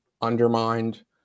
undermined